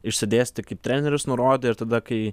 išsidėstyk kaip treneris nurodė ir tada kai